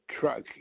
truck